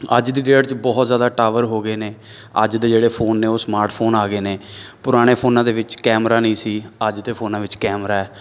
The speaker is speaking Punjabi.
ਅੱਜ ਦੀ ਡੇਟ 'ਚ ਬਹੁਤ ਜ਼ਿਆਦਾ ਟਾਵਰ ਹੋ ਗਏ ਨੇ ਅੱਜ ਦੇ ਜਿਹੜੇ ਫੋਨ ਨੇ ਉਹ ਸਮਾਰਟਫੋਨ ਆ ਗਏ ਨੇ ਪੁਰਾਣੇ ਫੋਨਾਂ ਦੇ ਵਿੱਚ ਕੈਮਰਾ ਨਹੀਂ ਸੀ ਅੱਜ ਦੇ ਫੋਨਾਂ ਵਿੱਚ ਕੈੈਮਰਾ ਹੈ